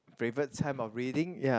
favourite time of reading ya